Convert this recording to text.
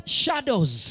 shadows